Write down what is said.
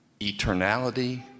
eternality